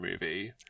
movie